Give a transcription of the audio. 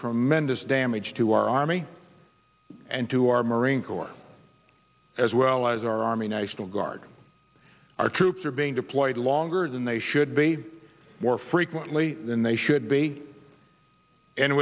tremendous damage to our army and to our marine corps as well as our army national guard our troops are being deployed longer than they should be more frequently than they should be and